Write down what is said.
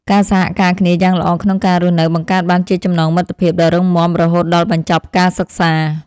ការសហការគ្នាយ៉ាងល្អក្នុងការរស់នៅបង្កើតបានជាចំណងមិត្តភាពដ៏រឹងមាំរហូតដល់បញ្ចប់ការសិក្សា។